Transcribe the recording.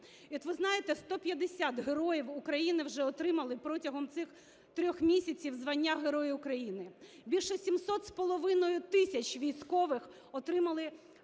І, от ви знаєте, 150 героїв України вже отримали протягом цих 3 місяців звання Героя України. Більше сімсот з половиною тисяч військових отримали